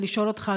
ולשאול אותך,